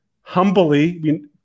humbly